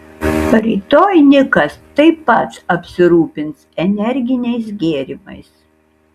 rytoj nikas taip pat apsirūpins energiniais gėrimais